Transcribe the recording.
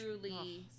truly